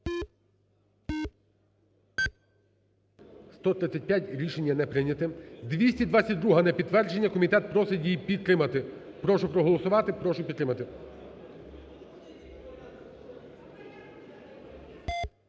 135. Рішення не прийняте. 222-а – на підтвердження. Комітет просить її підтримати. Прошу проголосувати, прошу підтримати.